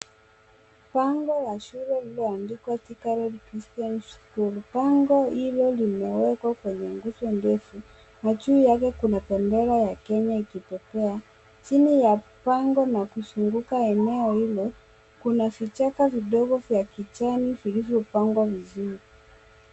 Bango la shule lililoandikwa Thika Road Christian School, bango hilo limewekwa kwenye nguzo ndefu na juu yake kuna bendera ya Kenya ikipepea chini ya bango na kuzunguka eneo hilo kuna vichaka vidogo vya kijani vilivyopangwa vizuri.